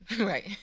Right